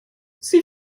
sie